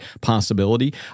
possibility